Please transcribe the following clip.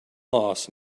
loss